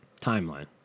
Timeline